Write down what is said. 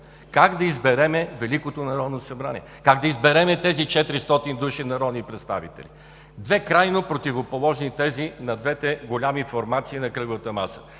как да изберем Великото народно събрание, как да изберем тези 400 души народни представители. Две крайно противоположни тези на двете големи формации на Кръглата маса.